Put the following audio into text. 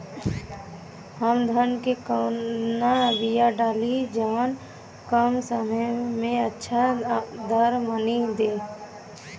हम धान क कवन बिया डाली जवन कम समय में अच्छा दरमनी दे?